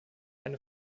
eine